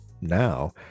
now